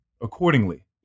accordingly